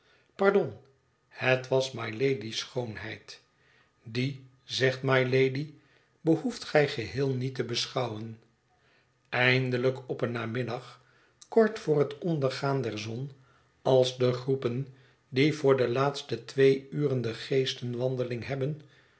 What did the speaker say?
pardon het was mylady's schoonheid die zegt mylady behoeft gij geheel niet te beschouwen eindelijk op een namiddag kort voor het ondergaan der zon als de groepen die voor de laatste twee uren de geestenwandeling hebben